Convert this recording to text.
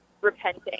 repenting